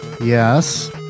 Yes